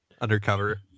undercover